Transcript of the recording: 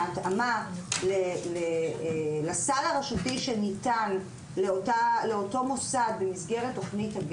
עם ההתאמה לסל הרשותי שניתן לאותו מוסד במסגרת התכנית.